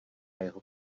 jeho